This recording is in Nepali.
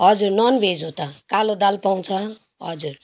हजुर नन भेज हो त कालो दाल पाउँछ हजुर